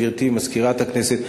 גברתי מזכירת הכנסת,